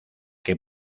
que